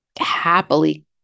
happily